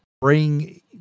Bring